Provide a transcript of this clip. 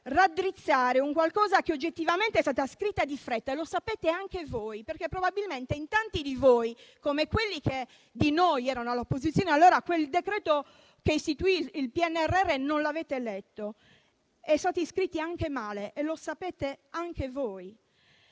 raddrizzare un qualcosa che oggettivamente è stato scritto di fretta e lo sapete anche voi, perché probabilmente in tanti di voi, come quelli che di noi erano all'opposizione allora, quel decreto che istituisce il PNRR non l'avete letto; è stato scritto anche male, come sapete anche voi,